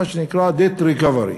מה שנקרא debt recovery,